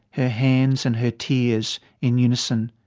her hands and her tears in unison.